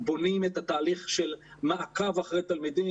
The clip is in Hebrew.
בונים את התהליך של מעקב אחרי תלמידים.